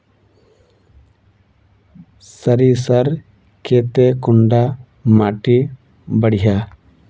सरीसर केते कुंडा माटी बढ़िया?